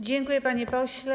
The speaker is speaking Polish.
Dziękuję, panie pośle.